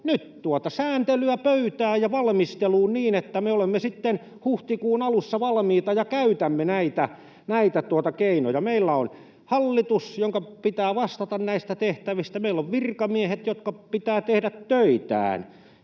tuota sääntelyä pöytään ja valmisteluun niin, että me olemme sitten huhtikuun alussa valmiita ja käytämme näitä keinoja. Meillä on hallitus, jonka pitää vastata näistä tehtävistä. Meillä on virkamiehet, joiden pitää tehdä töitään.